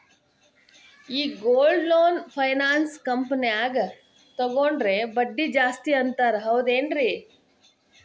ಈ gold loan finance ಕಂಪನ್ಯಾಗ ತಗೊಂಡ್ರೆ ಬಡ್ಡಿ ಜಾಸ್ತಿ ಅಂತಾರ ಹೌದೇನ್ರಿ?